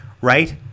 right